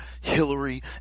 Hillary